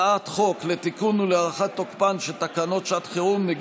לפיכך אני קובע שהצעת חוק הסמכת שירות הביטחון הכללי לסייע